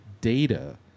data